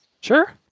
Sure